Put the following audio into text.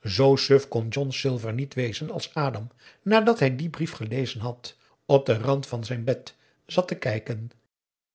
zoo suf kon john silver niet wezen als adam nadat hij dien brief gelezen had op den rand van zijn bed zat te kijken